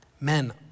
Men